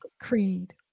creed